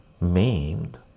maimed